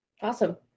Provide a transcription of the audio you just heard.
Awesome